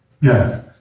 Yes